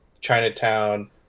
chinatown